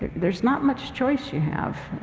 there's not much choice you have.